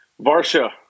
Varsha